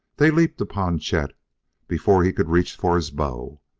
they leaped upon chet before he could reach for his bow.